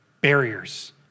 barriers